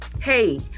hey